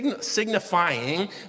signifying